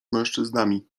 mężczyznami